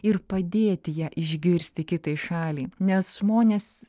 ir padėti ją išgirsti kitai šaliai nes žmonės